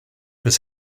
his